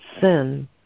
sin